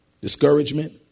discouragement